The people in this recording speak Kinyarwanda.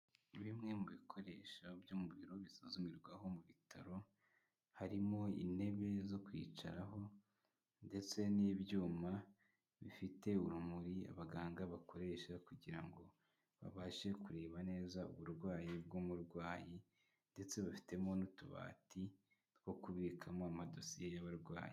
Bimwe mu bikoresho byo mu biro bisuzumirwaho mu bitaro, harimo intebe zo kwicaraho ndetse n'ibyuma bifite urumuri abaganga bakoresha kugira ngo babashe kureba neza uburwayi bw'umurwayi ndetse bafitemo n'utubati two kubikamo amadosiye y'abarwayi.